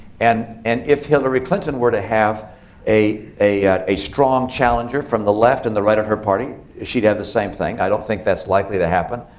and and if hillary clinton were to have a a strong challenger from the left and the right of her party, she'd have the same thing. i don't think that's likely to happen.